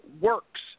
works